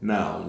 Now